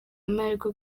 amahirwe